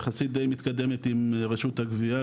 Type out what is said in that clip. יחסית דיי מתקדמת עם רשות הגבייה,